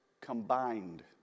combined